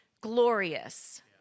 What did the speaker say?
glorious